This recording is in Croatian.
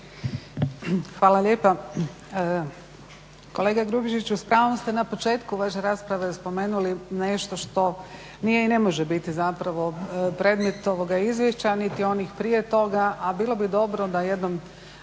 Hvala lijepa. Kolega Grubišiću, s pravom ste na početku vaše rasprave spomenuli nešto što nije i ne može biti zapravo predmet ovoga izvješća niti onih prije toga, a bilo bi dobro da jednom